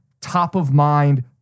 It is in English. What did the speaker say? top-of-mind